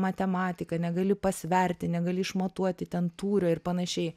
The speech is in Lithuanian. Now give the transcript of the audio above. matematika negali pasverti negali išmatuoti ten tūrio ir panašiai